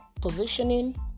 positioning